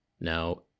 Now